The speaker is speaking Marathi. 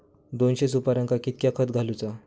दोनशे सुपार्यांका कितक्या खत घालूचा?